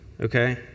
Okay